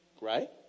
Right